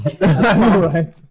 right